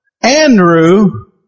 Andrew